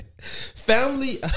Family